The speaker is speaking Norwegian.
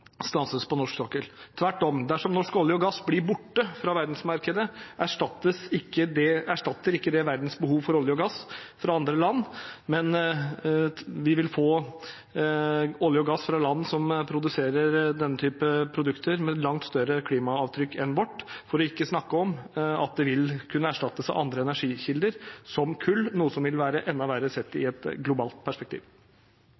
på norsk sokkel. Tvert om – dersom norsk olje og gass blir borte fra verdensmarkedet, blir ikke verdens behov for olje og gass mindre, og vi vil få olje og gass fra land som produserer denne typen produkter med langt større klimaavtrykk enn vårt, for ikke å snakke om at de vil kunne erstattes av andre energikilder, som kull, noe som vil være enda verre sett i